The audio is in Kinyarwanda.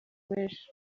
menshi